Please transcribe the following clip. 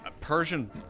Persian